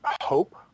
hope